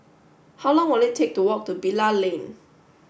how long will it take to walk to Bilal Lane